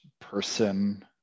person